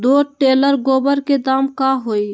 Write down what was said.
दो टेलर गोबर के दाम का होई?